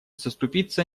заступиться